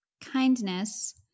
kindness